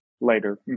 later